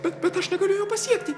bet bet aš negaliu jo pasiekti